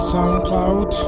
SoundCloud